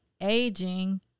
aging